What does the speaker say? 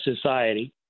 society